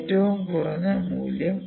ഏറ്റവും കുറഞ്ഞ മൂല്യം